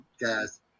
guys